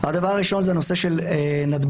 הדבר הראשון זה הנושא של נתב"ג.